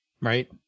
Right